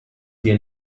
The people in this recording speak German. dir